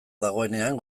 dagoenean